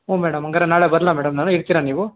ಹ್ಞೂ ಮೇಡಮ್ ಹಂಗಾರೆ ನಾಳೆ ಬರ್ಲಾ ಮೇಡಮ್ ನಾನು ಇರ್ತೀರಾ ನೀವು